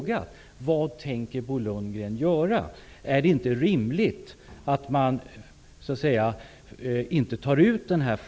Det enda Bo Lundgren säger är att han inte kommer att göra någonting.